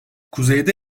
kuzeyde